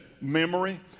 memory